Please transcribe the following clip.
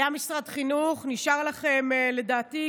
היה משרד חינוך ונשארו לכם, לדעתי,